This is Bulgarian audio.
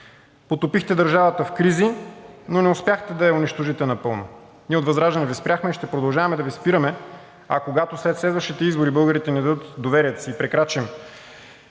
Потопихте държавата в кризи, но не успяхте да я унижите напълно. Ние от ВЪЗРАЖДАНЕ Ви спряхме и ще продължаваме да Ви спираме, а когато след следващите избори българите ни дадат доверието си, прекрачим